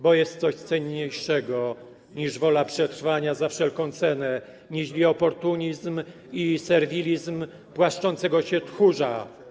Bo jest coś cenniejszego niż wola przetrwania za wszelką cenę, niźli oportunizm i serwilizm płaszczącego się tchórza.